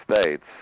States